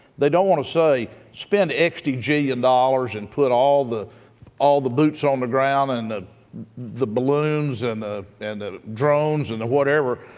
they don't want to say, spend a jillion dollars and put all the all the boots on the ground and the the balloons and the and the drones and the whatever.